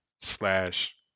slash